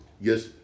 yes